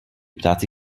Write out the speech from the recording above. ptáci